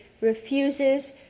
refuses